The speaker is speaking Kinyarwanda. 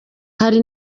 hari